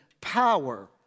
power